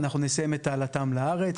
אנחנו נסיים את העלתם לארץ,